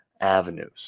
avenues